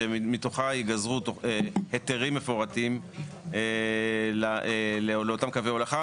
שמתוכה ייגזרו היתרים מפורטים לאותם קווי הולכה.